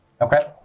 Okay